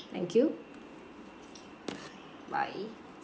thank you bye